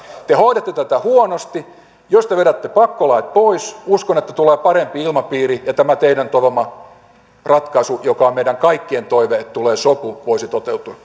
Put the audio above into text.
te hoidatte tätä huonosti jos te vedätte pakkolait pois uskon että tulee parempi ilmapiiri ja tämä teidän toivomanne ratkaisu on meidän kaikkien toive että tulee sopu voisi toteutua